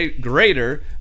greater